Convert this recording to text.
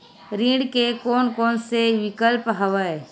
ऋण के कोन कोन से विकल्प हवय?